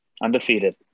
Undefeated